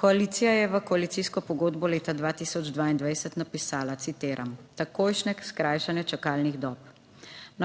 Koalicija je v koalicijsko pogodbo leta 2022 napisala (citiram): "Takojšnje skrajšanje čakalnih dob.